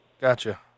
Gotcha